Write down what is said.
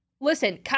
listen